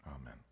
amen